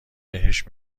بهش